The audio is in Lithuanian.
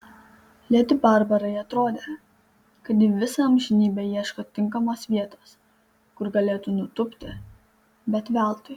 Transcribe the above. ledi barbarai atrodė kad ji visą amžinybę ieško tinkamos vietos kur galėtų nutūpti bet veltui